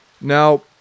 Now